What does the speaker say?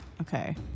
Okay